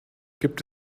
gibt